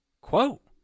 Quote